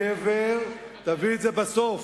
תהיה גבר, תביא את זה בסוף.